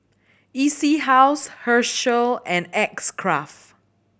E C House Herschel and X Craft